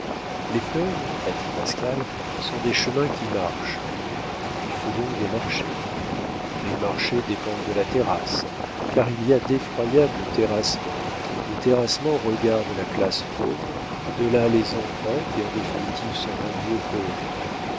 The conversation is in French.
les fleuves a dit pascal sont des chemins qui marchent il faut donc des marchés les marchés dépendent de la terrasse car il y a d'effroyables terrassements le terrassement regarde la classe pauvre de là les emprunts qui en définitive sont rendus aux pauvres